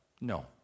No